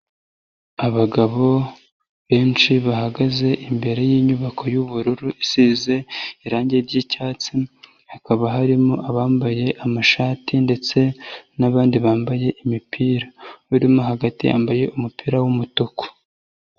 Abagabo benshi bahagaze imbere y'inyubako y'ubururu isize irange ry'icyatsi, hakaba harimo abambaye amashati ndetse n'abandi bambaye imipira. Ubarimo hagati yambaye umupira w'umutuku.